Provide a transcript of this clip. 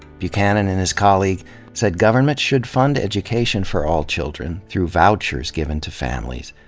buchanan and his colleague said government should fund education for all children, through vouchers given to families,